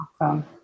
Awesome